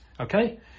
Okay